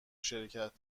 شرکت